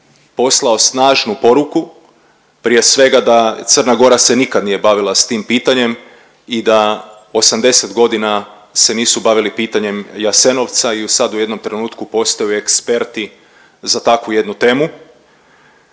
poslao snažnu poruku prije svega da Crna Gora se nikad nije bavila s tim pitanjem i da 80.g. se nisu bavili pitanjem Jasenovca i sad u jednom trenutku postaju eksperti za takvu jednu temu.